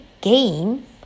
game